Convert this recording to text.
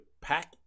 pack